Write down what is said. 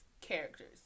characters